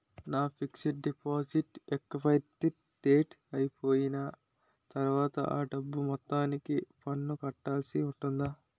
నా fixed deposit expiry date అయిపోయిన తర్వాత అ డబ్బు మొత్తానికి పన్ను కట్టాల్సి ఉంటుందా?